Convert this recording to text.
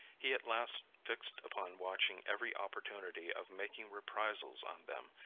he at last fixed upon watching every opportunity of making reprisals on them,